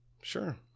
Sure